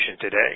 today